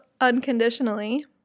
unconditionally